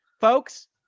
Folks